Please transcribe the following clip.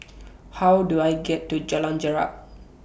How Do I get to Jalan Jarak